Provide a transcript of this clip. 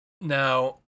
Now